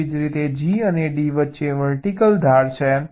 એવી જ રીતે G અને D વચ્ચે વર્ટિકલ ધાર છે